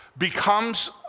Becomes